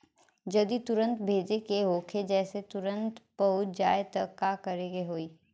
जदि तुरन्त भेजे के होखे जैसे तुरंत पहुँच जाए त का करे के होई?